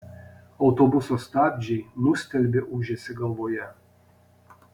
autobuso stabdžiai nustelbė ūžesį galvoje